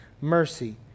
mercy